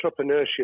entrepreneurship